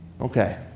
Okay